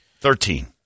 Thirteen